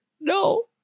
no